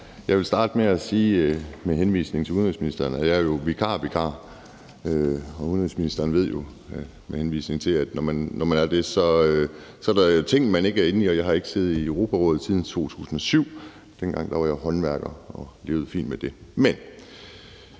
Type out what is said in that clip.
jeg vil starte med at sige med henvisning til udenrigsministeren, at jeg jo er vikarvikar, og udenrigsministeren ved jo, at når man er det, er der ting, man ikke er inde i. Jeg har ikke siddet i Europarådet siden 2007, og dengang var jeg håndværker og levede fint med det. Men